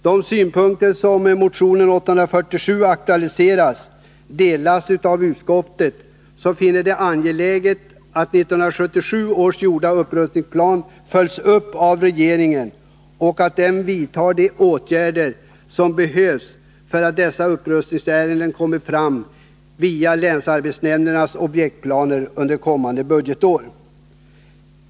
De synpunkter som vi i motion 847 aktualiserar delas av utskottet, som finner det angeläget att 1977 års gjorda upprustningsplan följs upp av regeringen och att den vidtar de åtgärder som behövs för att dessa upprustningsärenden kommer fram via länsarbetsnämndernas objektplaner under kommande budgetår.